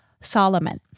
Solomon